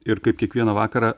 ir kaip kiekvieną vakarą